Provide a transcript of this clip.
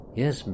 Yes